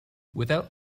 without